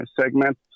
segment